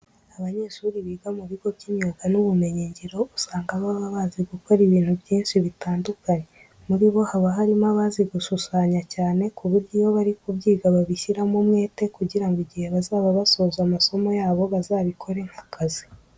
Abanyeshuri biga mu bigo by'imyuga n'ubumenyingiro usanga baba bazi gukora ibintu byinshi bitandukanye. Muri bo haba harimo abazi gushushanya cyane ku buryo iyo bari kubyiga babishyiramo umwete kugira ngo igihe bazaba basoje amasomo yabo bazabikore nk'akazi.